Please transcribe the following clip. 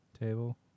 table